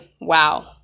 wow